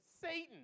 Satan